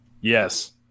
Yes